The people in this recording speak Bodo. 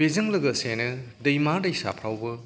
बेजों लोगोसेनो दैमा दैसाफ्रावबो